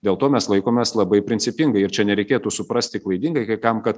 dėl to mes laikomės labai principingai ir čia nereikėtų suprasti klaidingai kai kam kad